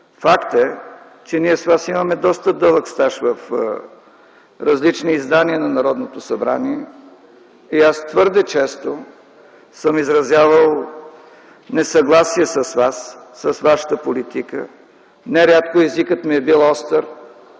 факт е, че ние с Вас имаме доста дълъг стаж в различни издания на Народното събрание и аз твърде често съм изразявал несъгласие с Вас, с вашата политика, не рядко езикът ми е бил остър.